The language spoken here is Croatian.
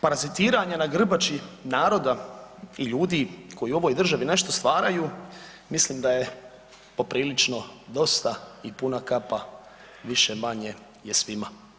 Parazitiranje na grbači naroda i ljudi koji u ovoj državi nešto stvaraju mislim da je poprilično dosta i puna kapa više-manje je svima.